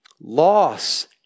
Loss